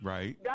Right